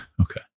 Okay